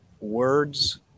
words